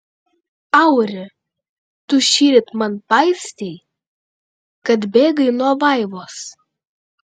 auri tu šįryt man paistei kad bėgai nuo vaivos